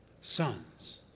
sons